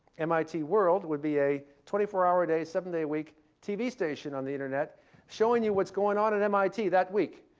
mit world would be a twenty four hour a day, seven day week tv station on the internet showing you what's going on at mit that week.